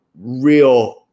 real